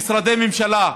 לגבי משרדי ממשלה,